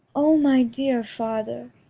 o my dear father,